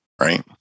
right